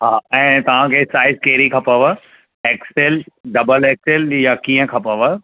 हा ऐं तव्हांखे साइज़ कहिड़ी खपव एक्सिल डबल एक्सिल या कीअं खपवन